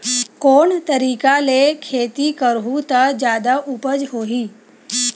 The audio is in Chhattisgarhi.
कोन तरीका ले खेती करहु त जादा उपज होही?